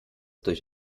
durch